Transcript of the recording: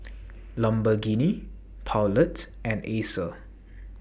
Lamborghini Poulet and Acer